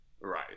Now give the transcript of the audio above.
Right